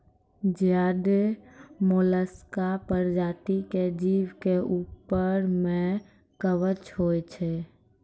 ज्यादे मोलसका परजाती के जीव के ऊपर में कवच होय छै